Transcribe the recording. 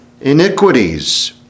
iniquities